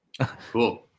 Cool